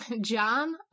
John